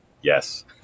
Yes